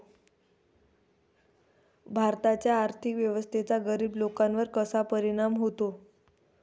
भारताच्या आर्थिक व्यवस्थेचा गरीब लोकांवर कसा परिणाम होतो?